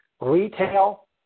retail